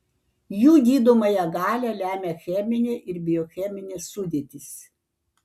jų gydomąją galią lemia cheminė ir biocheminė sudėtis